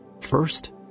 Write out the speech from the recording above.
First